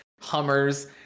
Hummers